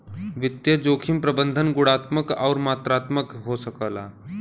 वित्तीय जोखिम प्रबंधन गुणात्मक आउर मात्रात्मक हो सकला